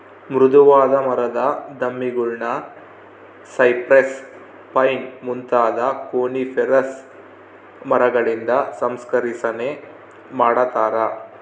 ಮೃದುವಾದ ಮರದ ದಿಮ್ಮಿಗುಳ್ನ ಸೈಪ್ರೆಸ್, ಪೈನ್ ಮುಂತಾದ ಕೋನಿಫೆರಸ್ ಮರಗಳಿಂದ ಸಂಸ್ಕರಿಸನೆ ಮಾಡತಾರ